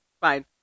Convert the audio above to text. Fine